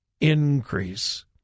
increase